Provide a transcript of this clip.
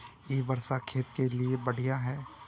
इ वर्षा खेत के लिए बढ़िया है?